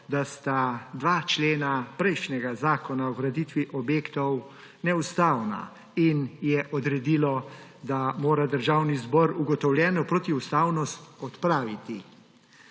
da sta dva člena prejšnjega Zakona o graditvi objektov neustavna, in je odredilo, da mora Državni zbor ugotovljeno protiustavnost odpraviti.